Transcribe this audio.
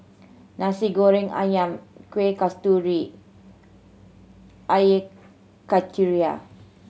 Nasi Goreng Ayam Kueh Kasturi Air Karthira